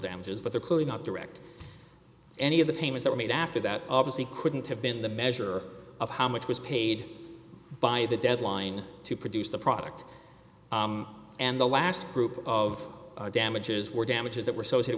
damages but they're clearly not direct any of the payments were made after that obviously couldn't have been the measure of how much was paid by the deadline to produce the product and the last group of damages were damages that were